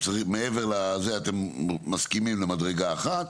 שמעבר לזה אתם מסכימים למדרגה אחת,